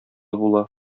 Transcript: була